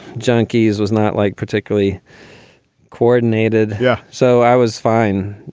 junkies was not like particularly coordinated. yeah. so i was fine.